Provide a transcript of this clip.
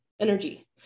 energy